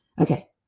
Okay